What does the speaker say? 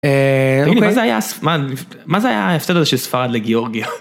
מה זה היה ההפסד הזה של ספרד לגיאורגיה.